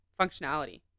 functionality